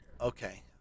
Okay